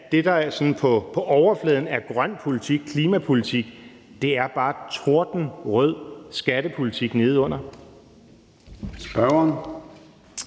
at det, der sådan på overfladen er grøn politik, klimapolitik, bare er tordenrød skattepolitik.